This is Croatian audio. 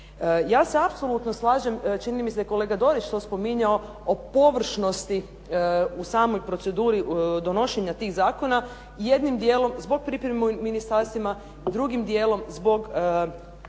Ja se apsolutno slažem, čini mi se da je kolega Dorić to spominjao, o površnosti u samoj proceduri donošenja tih zakona. Jednim dijelom zbog pripreme u ministarstvima, drugim dijelom zbog